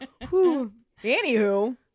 Anywho